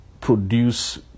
produce